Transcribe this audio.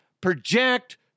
project